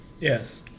Yes